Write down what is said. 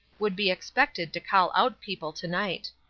would be expected to call out people to-night.